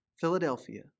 Philadelphia